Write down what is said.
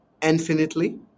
infinitely